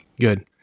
Good